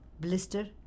Blister